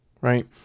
Right